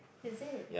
is it